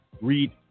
read